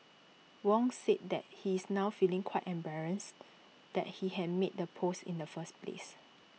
Wong said that he is now feeling quite embarrassed that he had made the post in the first place